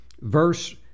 verse